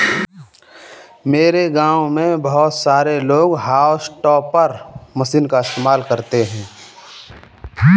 मेरे गांव में बहुत सारे लोग हाउस टॉपर मशीन का इस्तेमाल करते हैं